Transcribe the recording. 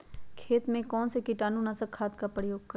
खेत में कौन से कीटाणु नाशक खाद का प्रयोग करें?